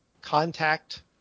contact